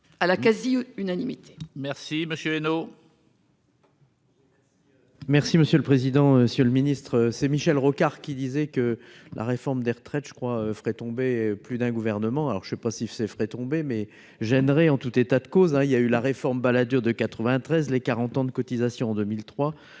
à la quasi-unanimité. Merci Monsieur Viénot. Merci monsieur le président, Monsieur le Ministre, c'est Michel Rocard qui disait que la réforme des retraites je crois ferait tomber plus d'un gouvernement, alors je ne sais pas si c'est vrai tomber mais j'aimerais en tout état de cause, hein, il y a eu la réforme Balladur de 93, les 40 ans de cotisations en 2003